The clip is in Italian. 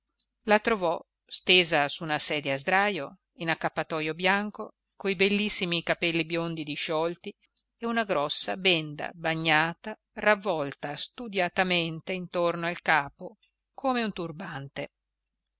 la trovò stesa su una sedia a sdrajo in accappatojo bianco coi bellissimi capelli biondi disciolti e una grossa benda bagnata ravvolta studiatamente intorno al capo come un turbante